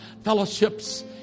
fellowship's